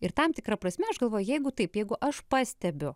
ir tam tikra prasme aš galvoju jeigu taip jeigu aš pastebiu